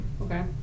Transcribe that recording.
Okay